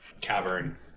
cavern